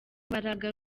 mbaraga